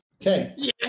Okay